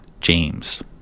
James